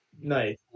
Nice